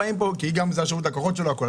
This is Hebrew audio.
כי גם שירות הלקוחות הוא שלו וכן הלאה.